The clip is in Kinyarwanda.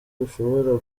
ushobora